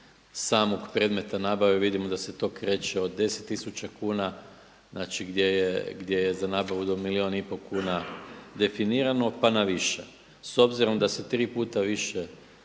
samog predmeta nabave. Vidimo da se to kreće od 10000 kuna, znači gdje je za nabavu do milijun i pol kuna definirano pa na više. S obzirom da se tri puta više